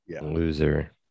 loser